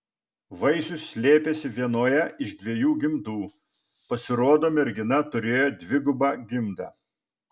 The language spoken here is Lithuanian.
vaisius slėpėsi vienoje iš dviejų gimdų pasirodo mergina turėjo dvigubą gimdą